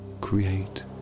create